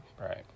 Right